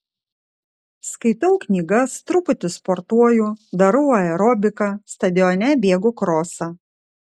skaitau knygas truputį sportuoju darau aerobiką stadione bėgu krosą